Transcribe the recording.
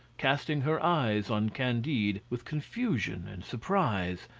casting her eyes on candide with confusion and surprise,